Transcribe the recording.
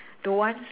the ones